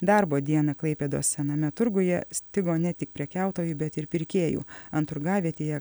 darbo dieną klaipėdos sename turguje stigo ne tik prekiautojų bet ir pirkėjų an turgavietėje